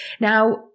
Now